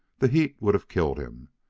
the heat would have killed him,